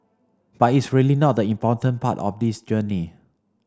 but it's really not the important part of this journey